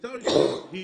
השיטה הראשונה היא